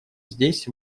здесь